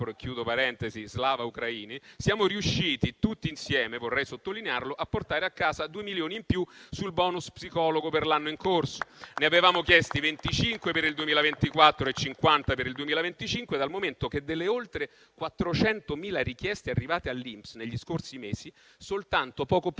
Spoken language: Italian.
siamo riusciti tutti insieme - vorrei sottolinearlo - a portare a casa due milioni di euro in più sul *bonus* psicologo per l'anno in corso. Ne avevamo chiesti 25 per il 2024 e 50 per il 2025, dal momento che, delle oltre 400.000 richieste arrivate all'INPS negli scorsi mesi, soltanto poco più di 3.000